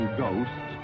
ghosts